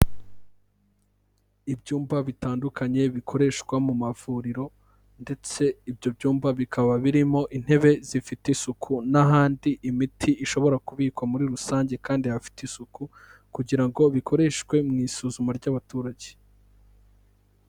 Ibyumba bitandukanye bikoreshwa mu mavuriro ndetse ibyo byumba bikaba birimo intebe zifite isuku n'ahandi imiti ishobora kubikwa muri rusange kandi hafite isuku kugira ngo bikoreshwe mu isuzuma ry'abaturage.